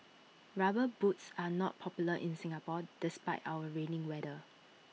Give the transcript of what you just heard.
rubber boots are not popular in Singapore despite our rainy weather